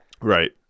right